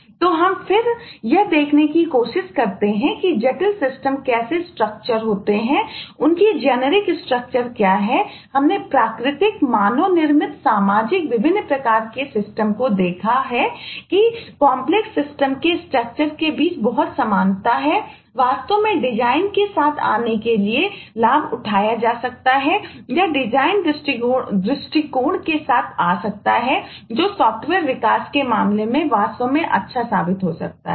तो हम फिर यह देखने की कोशिश करते हैं कि जटिल सिस्टम विकास के मामले में वास्तव में अच्छा साबित हो सकता है